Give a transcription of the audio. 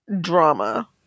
drama